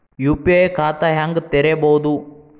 UPI ಖಾತಾ ಹೆಂಗ್ ತೆರೇಬೋದು?